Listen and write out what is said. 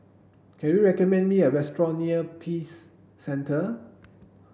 can you recommend me a restaurant near Peace Centre